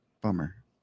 Bummer